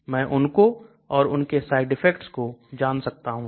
मैं उनको और उनके साइड इफेक्ट्स को जान सकता हूं